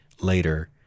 later